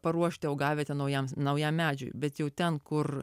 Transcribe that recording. paruošti augavietę naujam naujam medžiui bet jau ten kur